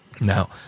Now